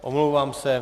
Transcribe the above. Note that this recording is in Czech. Omlouvám se.